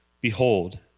Behold